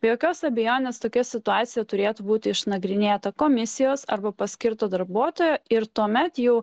be jokios abejonės tokia situacija turėtų būti išnagrinėta komisijos arba paskirto darbuotojo ir tuomet jau